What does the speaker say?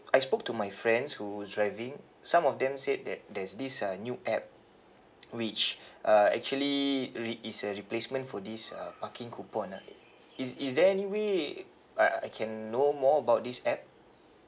I spoke to my friends who driving some of them said that there's this uh new app which uh actually re~ is a replacement for this uh parking coupon ah is is there any way I I can know more about this app